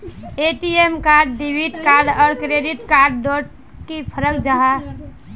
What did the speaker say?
ATM card debit card आर credit card डोट की फरक जाहा?